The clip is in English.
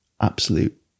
absolute